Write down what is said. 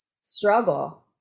struggle